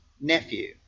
nephew